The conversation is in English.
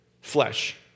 flesh